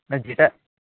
যেটা